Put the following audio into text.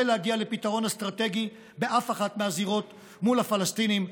להגיע לפתרון אסטרטגי באף אחת מהזירות מול הפלסטינים,